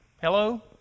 Hello